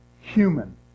Human